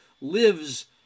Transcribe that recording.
lives –